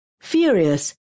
furious